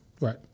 Right